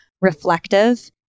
reflective